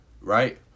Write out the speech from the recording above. Right